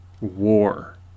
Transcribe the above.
war